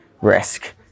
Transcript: risk